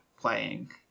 playing